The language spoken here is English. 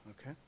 okay